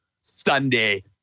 Sunday